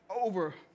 over